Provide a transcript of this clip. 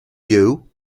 you